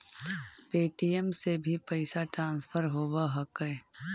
Paytm से भी पैसा ट्रांसफर होवहकै?